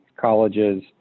colleges